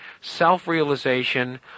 self-realization